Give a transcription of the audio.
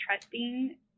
trusting